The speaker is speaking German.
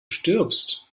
stirbst